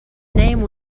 name